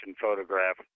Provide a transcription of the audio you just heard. photograph